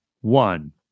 one